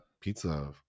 pizza